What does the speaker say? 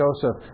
Joseph